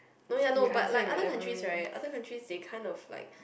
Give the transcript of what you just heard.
no ya no but like other countries right other countries they kind of like